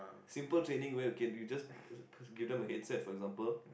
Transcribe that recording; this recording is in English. simple training where you can you just give them a headset for example